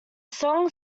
song